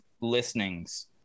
Listenings